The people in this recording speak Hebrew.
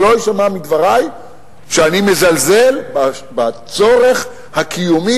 שלא יישמע מדברי שאני מזלזל בצורך הקיומי,